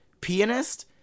pianist